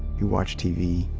you watch tv,